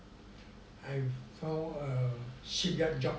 I found a shipyard job